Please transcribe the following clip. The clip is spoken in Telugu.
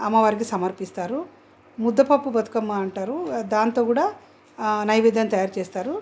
అమ్మవారికి సమర్పిస్తారు ముద్దపప్పు బతుకమ్మ అంటారు దాంతో కూడా నైవేద్యం తయారు చేస్తారు